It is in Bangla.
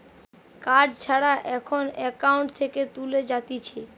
কার্ড ছাড়া এখন একাউন্ট থেকে তুলে যাতিছে